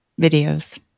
Videos